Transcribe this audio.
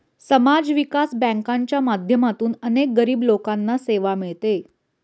समाज विकास बँकांच्या माध्यमातून अनेक गरीब लोकांना सेवा मिळते